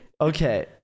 Okay